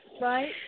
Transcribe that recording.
Right